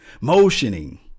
motioning